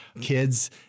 kids